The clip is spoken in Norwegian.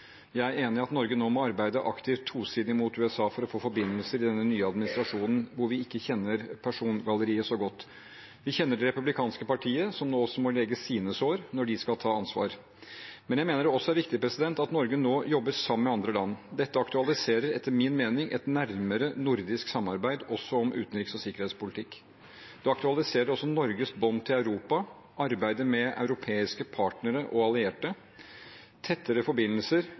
Jeg er enig i at Norge nå må arbeide aktivt tosidig mot USA for å få forbindelser i den nye administrasjonen hvor vi ikke kjenner persongalleriet så godt. Vi kjenner det republikanske partiet, som nå også må lege sine sår når de skal ta ansvar. Men jeg mener det også er viktig at Norge nå jobber sammen med andre land. Dette aktualiserer etter min mening et nærmere nordisk samarbeid også om utenriks- og sikkerhetspolitikk. Det aktualiserer også Norges bånd til Europa, arbeidet med europeiske partnere og allierte og tettere forbindelser